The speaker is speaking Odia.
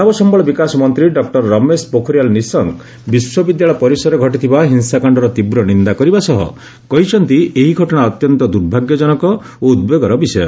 ମାନବ ସମ୍ଭଳ ବିକାଶ ମନ୍ତ୍ରୀ ଡକ୍ଟର ରମେଶ ପୋଖରିଆଲ୍ ନିଶଙ୍କ ବିଶ୍ୱବିଦ୍ୟାଳୟ ପରିସରରେ ଘଟିଥିବା ହିଂସାକାଣ୍ଡର ତୀବ୍ର ନିନ୍ଦା କରିବା ସହ କହିଛନ୍ତି ଏହି ଘଟଣା ଅତ୍ୟନ୍ତ ଦୁର୍ଭାଗ୍ୟଜନକ ଓ ଉଦ୍ବେଗର ବିଷୟ